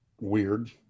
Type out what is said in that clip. weird